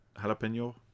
jalapeno